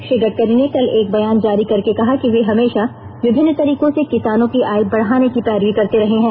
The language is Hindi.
श्री गडकरी ने कल एक बयान जारी करके कहा कि वे हमेशा विभिन्न तरीकों से किसानों की आय बढाने की पैरवी करते रहे हैं